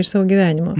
iš savo gyvenimo